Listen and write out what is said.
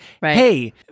hey